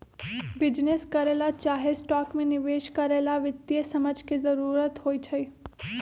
business करे ला चाहे स्टॉक में निवेश करे ला वित्तीय समझ के जरूरत होई छई